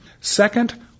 Second